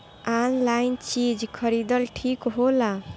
Online चीज खरीदल ठिक होला?